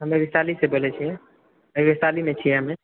हमे वैशालीसँ बोलय छियै वैशालीमे छियै हमे